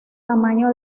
tamaño